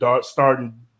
Starting